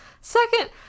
Second